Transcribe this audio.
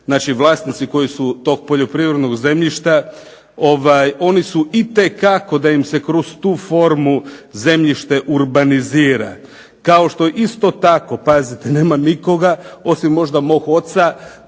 znači vlasnici koji su tog poljoprivrednog zemljišta, oni su itekako da im se kroz tu formu zemljište urbanizira, kao što isto tako pazite nema nikoga osim možda mog oca